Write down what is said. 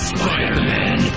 Spider-Man